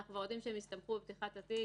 אנחנו כבר יודעים שהם הסתמכו בפתיחת התיק